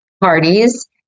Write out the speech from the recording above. parties